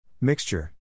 Mixture